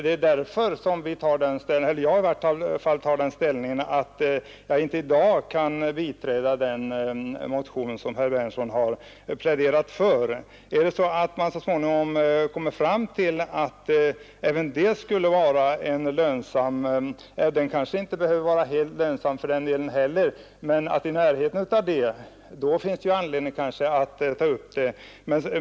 Det är därför som i varje fall jag intar den ståndpunkten att jag i dag inte kan biträda den motion som herr Berndtson pläderar för. Om vi senare kommer fram till att även den trafikleden skulle vara lönsam — den behöver för den delen inte vara fullt lönsam, men i det närmaste — finns det kanske anledning att ta upp frågan igen.